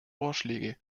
vorschläge